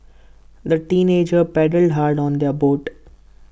the teenagers paddled hard on their boat